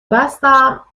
بستم